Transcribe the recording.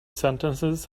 sentences